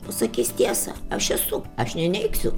pasakys tiesą aš esu aš neneigsiu